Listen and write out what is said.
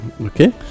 okay